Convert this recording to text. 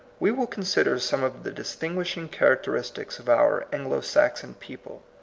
we will consider some of the distin guishing characteristics of our anglo-saxon people,